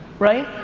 right?